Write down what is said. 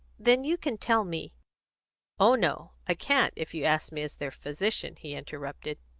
then, you can tell me oh no, i can't, if you ask me as their physician, he interrupted.